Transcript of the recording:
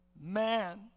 man